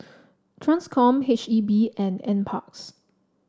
Transcom H E B and NParks